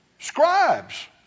Scribes